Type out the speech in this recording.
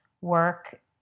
work